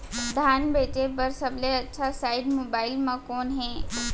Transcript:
धान बेचे बर सबले अच्छा साइट मोबाइल म कोन हे?